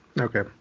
okay